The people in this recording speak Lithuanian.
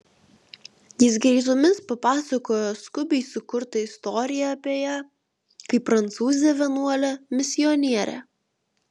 jis greitomis papasakojo skubiai sukurtą istoriją apie ją kaip prancūzę vienuolę misionierę